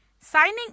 signing